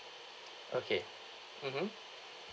okay mmhmm